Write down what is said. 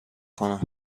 کنم